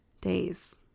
days